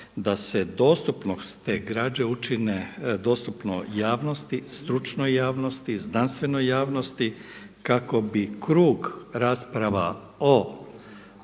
da se dostupnost te građe učine dostupno javnosti, stručnoj javnosti, znanstvenoj javnosti kako bi krug rasprava o